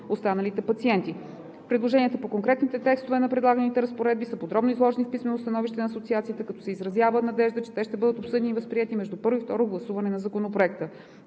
останалите пациенти. Предложенията по конкретните текстове на предлаганите разпоредби са подробно изложени в писменото становище на Асоциацията, като се изразява надежда, че те ще бъдат обсъдени и възприети между първо и второ гласуване на Законопроекта.